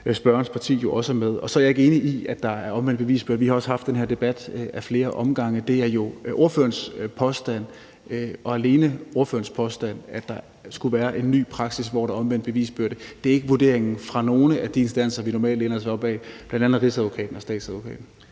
spørgerens parti jo også er med. Så er jeg ikke enig i, at der er omvendt bevisbyrde. Vi har også haft den her debat ad flere omgange, og det er jo ordførerens påstand og alene ordførerens påstand, at der skulle være en ny praksis, hvor der er omvendt bevisbyrde. Det er ikke vurderingen fra nogen af de instanser, vi normalt læner os op ad, bl.a. Rigsadvokaten og statsadvokaten.